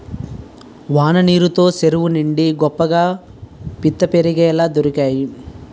వాన నీరు తో సెరువు నిండి గొప్పగా పిత్తపరిగెలు దొరికేయి